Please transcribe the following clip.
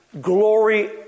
glory